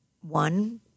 one